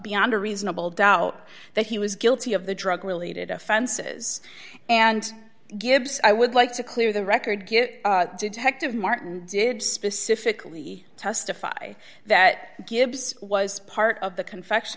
beyond a reasonable doubt that he was guilty of the drug related offenses and gibbs i would like to clear the record get detective martin did specifically testify that gibbs was part of the confection